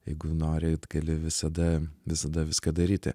jeigu nori tu gali visada visada viską daryti